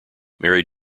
married